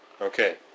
Okay